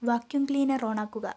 vacuum cleaner on ആക്കുക